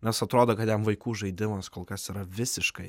nes atrodo kad jam vaikų žaidimas kol kas yra visiškai